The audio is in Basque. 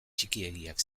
txikiegiak